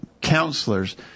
counselors